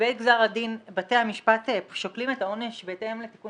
בעת גזר הדין בתי המשפט שוקלים את העונש בהתאם לתיקון